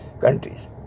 countries